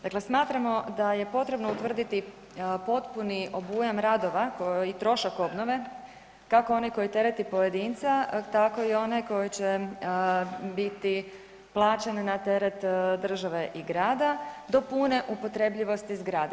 Dakle, smatramo da je potrebno utvrditi potpuni obujam radova i trošak obnove kako one koje tereti pojedinca, tako i one koji će biti plaćeni na teret države i grada, do pune upotrebljivosti zgrada.